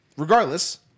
Regardless